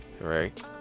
Right